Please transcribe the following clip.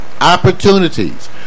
Opportunities